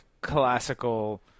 classical